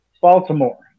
Baltimore